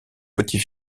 petit